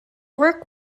work